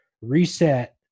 reset